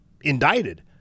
indicted